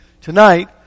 tonight